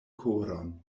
koron